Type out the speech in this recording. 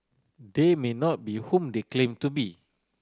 they may not be whom they claim to be